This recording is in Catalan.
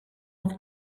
els